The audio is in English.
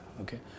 okay